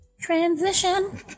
Transition